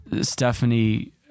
Stephanie